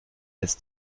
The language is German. jetzt